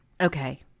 okay